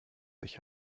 sich